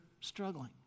struggling